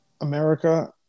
America